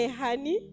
honey